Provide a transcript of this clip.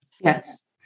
yes